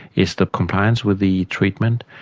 it's the compliance with the treatment,